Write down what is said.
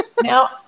Now